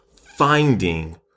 finding